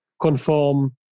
conform